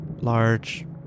large